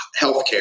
healthcare